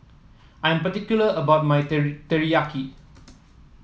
I'm particular about my Teriyaki